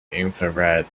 infrared